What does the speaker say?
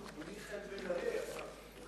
מיכאל בן-ארי יהיה שר החוץ.